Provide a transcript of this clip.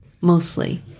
mostly